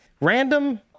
random